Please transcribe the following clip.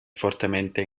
fortemente